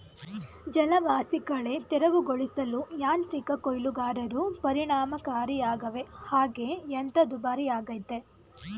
ಜಲವಾಸಿಕಳೆ ತೆರವುಗೊಳಿಸಲು ಯಾಂತ್ರಿಕ ಕೊಯ್ಲುಗಾರರು ಪರಿಣಾಮಕಾರಿಯಾಗವೆ ಹಾಗೆ ಯಂತ್ರ ದುಬಾರಿಯಾಗಯ್ತೆ